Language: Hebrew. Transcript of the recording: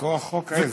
מכוח חוק עזר.